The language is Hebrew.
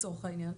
לצורך העניין.